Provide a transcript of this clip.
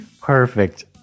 perfect